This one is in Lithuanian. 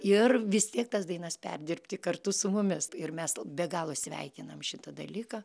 ir vis tiek tas dainas perdirbti kartu su mumis ir mesl be galo sveikinam šitą dalyką